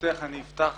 ברשותך אני אפתח